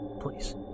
Please